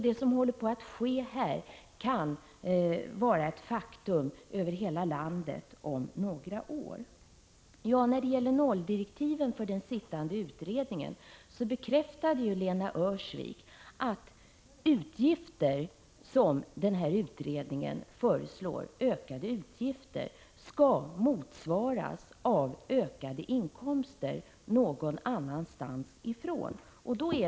Det som håller på att ske här kan vara ett faktum över hela landet om några år. När det gäller nolldirektiven för den sittande utredningen bekräftade ju Lena Öhrsvik att ökade utgifter som utredningen föreslår skall motsvaras av ökade inkomster någon annanstans ifrån.